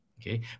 okay